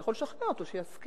אתה יכול לשכנע אותו שיסכים.